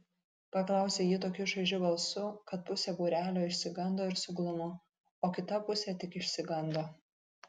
paklausė ji tokiu šaižiu balsu kad pusė būrelio išsigando ir suglumo o kita pusė tik išsigando